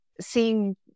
seeing